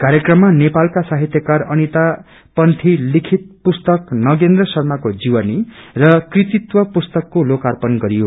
कार्यक्रममा नेपालाका साहितयकार अनिता पंथी लिखित पुस्तक नगेन्द्र शार्माको जीवनी र कृतित्व पुस्तकको लोकार्पण गरियो